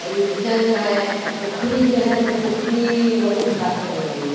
तो रूपचन है त पोखरी जो है सो पोखरी बहुत